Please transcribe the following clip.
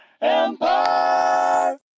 Empire